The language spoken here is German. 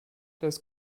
das